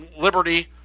liberty